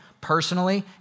personally